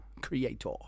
Creator